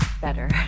Better